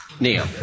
Neil